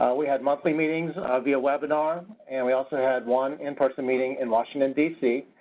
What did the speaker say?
um we had monthly meetings via webinar and we also had one in person meeting in washington d c.